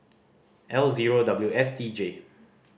L zero W S T J